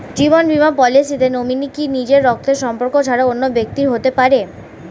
জীবন বীমা পলিসিতে নমিনি কি নিজের রক্তের সম্পর্ক ছাড়া অন্য ব্যক্তি হতে পারে?